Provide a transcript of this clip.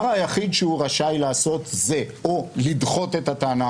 היחיד שהוא רשאי לעשות זה או לדחות את הטענה,